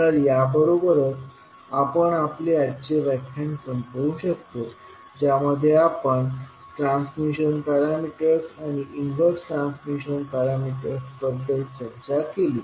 तर याबरोबरच आपण आपले आजचे व्याख्यान संपवु शकतो ज्यामध्ये आपण ट्रांसमिशन पॅरामीटर आणि इन्वर्स ट्रांसमिशन पॅरामीटर बद्दल चर्चा केली